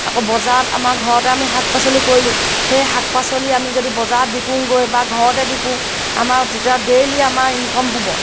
আকৌ বজাৰত আমাৰ ঘৰতে আমি শাক পাচলি কৰিলোঁ সেই শাক পাচলি আমি যদি বজাৰত বিকোঁগৈ বা ঘৰতে বিকোঁ আমাৰ তেতিয়া ডেইলি আমাৰ ইনকম হ'ব